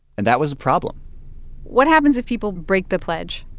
and that was a problem what happens if people break the pledge?